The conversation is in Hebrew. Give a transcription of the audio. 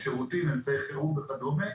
שירותים ואמצעי חירום וכדומה.